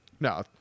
No